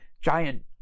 giant